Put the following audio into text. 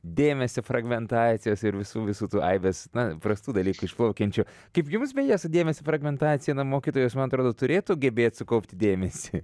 dėmesio fragmentacijos ir visų visų tų aibės na prastų dalykų išplaukiančių kaip jums beje su dėmesio fragmentacija na mokytojas man atrodo turėtų gebėt sukaupti dėmesį